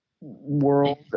world